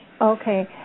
Okay